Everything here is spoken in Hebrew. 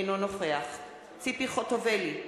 אינו נוכח ציפי חוטובלי,